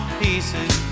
pieces